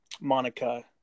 Monica